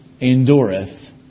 endureth